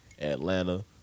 Atlanta